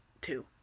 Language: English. two